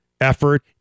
effort